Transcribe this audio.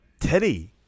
Teddy